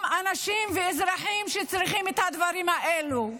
אנשים ואזרחים שצריכים את הדברים האלה,